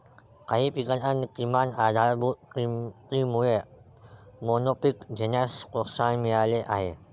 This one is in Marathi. काही पिकांच्या किमान आधारभूत किमतीमुळे मोनोपीक घेण्यास प्रोत्साहन मिळाले आहे